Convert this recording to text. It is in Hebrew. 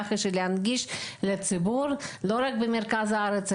ככה להנגיש לציבור לא רק במרכז הארץ,